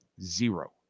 Zero